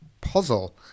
puzzle